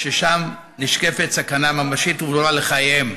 שם נשקפת סכנה ממשית וברורה לחייהם.